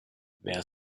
wer